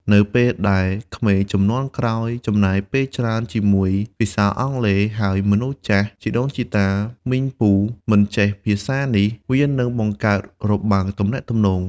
នៅពេលដែលក្មេងជំនាន់ក្រោយចំណាយពេលច្រើនជាមួយភាសាអង់គ្លេស ហើយមនុស្សចាស់ (ជីដូនជីតា មីង ពូ) មិនចេះភាសានេះ វានឹងបង្កើតរបាំងទំនាក់ទំនង។